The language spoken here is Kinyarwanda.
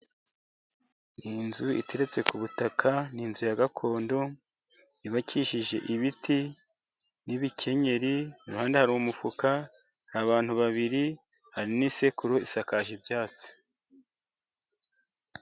Iyi nzu iteretse ku butaka, ni inzu ya gakondo yubakijije ibiti n'ibikenyeri, impande hari umufuka, abantu babiri, hari n'isekuru, isakaje ibyatsi.